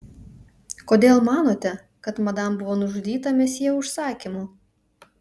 kodėl manote kad madam buvo nužudyta mesjė užsakymu